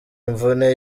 imvune